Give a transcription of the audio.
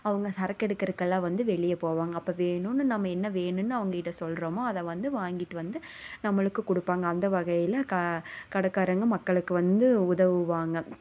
அவங்க சரக்கு எடுக்கிறக்கெல்லான் வந்து வெளியே போவாங்க அப்போ வேணும்னு நம்ம என்ன வேணும்னு அவங்க கிட்ட சொல்லுறமோ அதை வந்து வாங்கிட்டு வந்து நம்மளுக்கு கொடுப்பாங்க அந்த வகையில் க கடைக்காரங்க மக்களுக்கு வந்து உதவுவாங்க